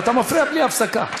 ואתה מפריע בלי הפסקה,